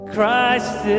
Christ